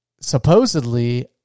supposedly